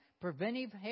preventive